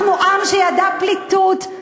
אנחנו עם שידע פליטות,